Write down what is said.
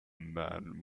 man